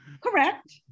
Correct